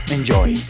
Enjoy